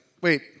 wait